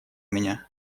меня